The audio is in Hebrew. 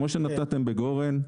כמו שנתתם בגורן,